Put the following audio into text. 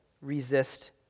resist